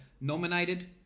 nominated